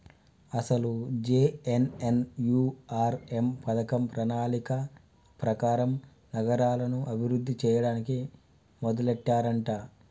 అసలు జె.ఎన్.ఎన్.యు.ఆర్.ఎం పథకం ప్రణాళిక ప్రకారం నగరాలను అభివృద్ధి చేయడానికి మొదలెట్టారంట